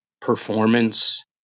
performance